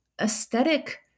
aesthetic